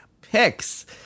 Picks